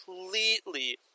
completely